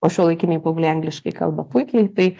o šiuolaikiniai paaugliai angliškai kalba puikiai tai